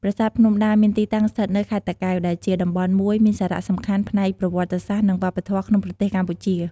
ប្រាសាទភ្នំដា មានទីតាំងស្ថិតនៅ ខេត្តតាកែវ ដែលជាតំបន់មួយមានសារៈសំខាន់ផ្នែកប្រវត្តិសាស្ត្រ និងវប្បធម៌ក្នុងប្រទេសកម្ពុជា។